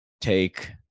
take